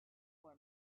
for